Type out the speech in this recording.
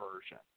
version